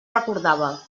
recordava